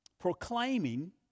proclaiming